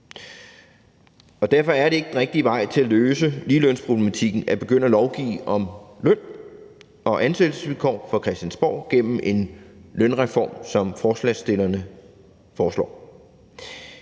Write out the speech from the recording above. Derfor er det ikke den rigtige vej til at løse ligelønsproblematikken at begynde at lovgive om løn og ansættelsesvilkår fra Christiansborg gennem en lønreform, som forslagsstillerne foreslår.